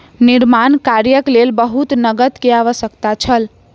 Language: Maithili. निर्माण कार्यक लेल बहुत नकद के आवश्यकता छल